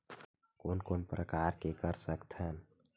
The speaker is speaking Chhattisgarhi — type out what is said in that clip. कोन कोन प्रकार के कर सकथ हन?